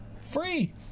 Free